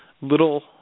Little